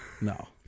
No